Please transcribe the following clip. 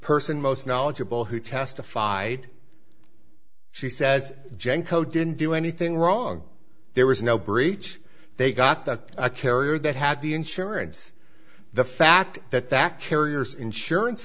person most knowledgeable who testified she says genco didn't do anything wrong there was no breach they got the carrier that had the insurance the fact that that carrier's insurance